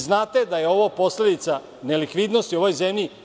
Znate da je ovo posledica nelikvidnosti u ovoj zemlji.